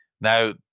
now